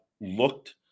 looked